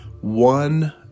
One